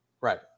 right